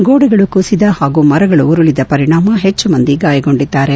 ಗೋಡೆಗಳು ಕುಸಿದ ಹಾಗೂ ಮರಗಳು ಉರುಳಿದ ಪರಿಣಾಮ ಹೆಚ್ಚು ಮಂದಿ ಗಾಯಗೊಂಡಿದ್ದಾರೆ